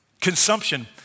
Consumption